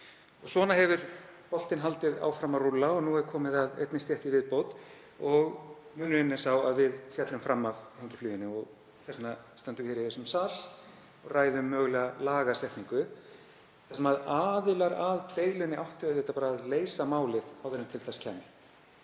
Svona hefur boltinn haldið áfram að rúlla og nú er komið að einni stétt í viðbót og munurinn er sá að við féllum fram af hengifluginu og þess vegna stöndum við hér í þessum sal og ræðum mögulega lagasetningu. Aðilar að deilunni áttu auðvitað að leysa málið áður en til þess kæmi.